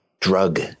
drug